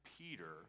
Peter